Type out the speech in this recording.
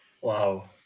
wow